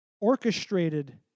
orchestrated